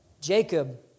Jacob